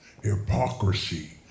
hypocrisy